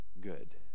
good